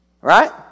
right